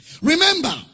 Remember